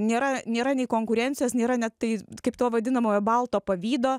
nėra nėra nei konkurencijos nėra net tai kaip to vadinamojo balto pavydo